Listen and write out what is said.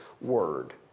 word